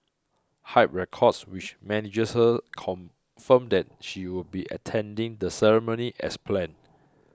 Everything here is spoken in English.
Hype Records which manages her confirmed that she would be attending the ceremony as planned